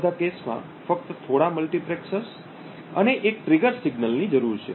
આ બધા કેસમાં ફક્ત થોડા મલ્ટિપ્લેક્સર્સ અને એક ટ્રિગર સિગ્નલની જરૂર છે